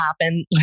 happen